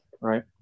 right